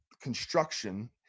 construction